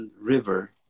river